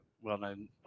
well-known –